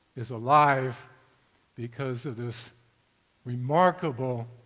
is alive because of this remarkable,